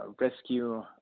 rescue